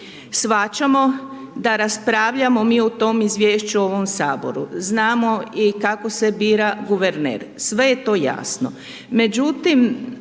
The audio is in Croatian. Shvaćamo da raspravljamo mi o tom izvješću u ovom Saboru. Znamo i kako se bira guverner, sve je to jasno.